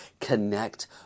connect